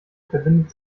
verbindet